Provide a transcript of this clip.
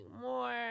more